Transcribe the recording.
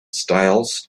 styles